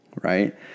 right